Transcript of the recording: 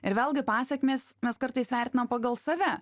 ir vėlgi pasekmės mes kartais vertinam pagal save